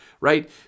Right